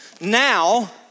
Now